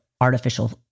artificial